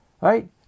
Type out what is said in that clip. Right